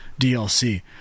DLC